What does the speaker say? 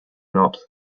not